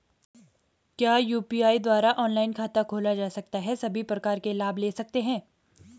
क्या यु.पी.आई द्वारा ऑनलाइन खाता खोला जा सकता है सभी प्रकार के लाभ ले सकते हैं?